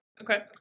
Okay